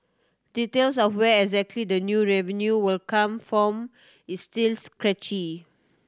details of where exactly the new revenue will come form is still sketchy